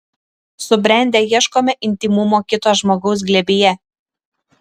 subrendę ieškome intymumo kito žmogaus glėbyje